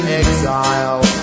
exile